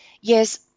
Yes